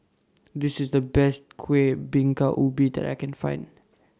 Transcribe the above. This IS The Best Kuih Bingka Ubi that I Can Find